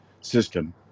system